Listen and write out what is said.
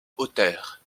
hauteur